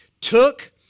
took